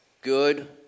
good